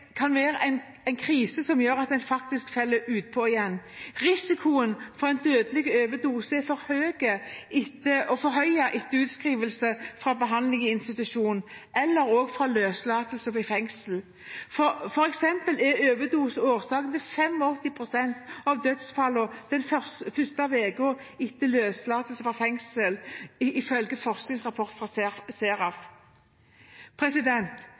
kan være en krise som gjør at en faller utpå igjen. Risikoen for en dødelig overdose er forhøyet etter utskriving fra behandling i institusjon eller løslatelse fra fengsel. For eksempel er overdose årsaken til 85 pst. av dødsfallene den første uken etter løslatelse fra fengsel, ifølge en forskningsrapport fra